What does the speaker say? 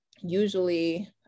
usually